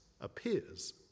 appears